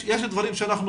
יש דברים שאנחנו